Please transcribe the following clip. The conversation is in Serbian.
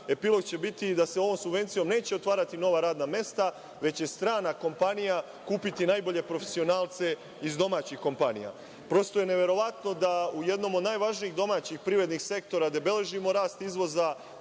Epilog će biti da se ovom subvencijom neće otvarati nova radna mesta, već će strana kompanija kupiti najbolje profesionalce iz domaćih kompanija. Prosto je neverovatno da u jednom od najvažnijih domaćih privrednih sektora, gde beležimo rast izvoza,